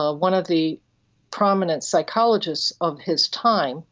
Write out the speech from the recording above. ah one of the prominent psychologists of his time